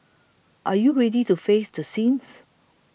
are you ready to face the sins